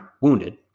wounded